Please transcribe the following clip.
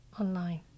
online